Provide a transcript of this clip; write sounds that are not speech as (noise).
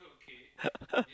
(laughs)